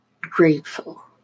grateful